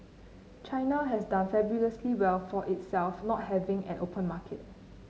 China has done fabulously well for itself not having an open market